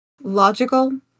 logical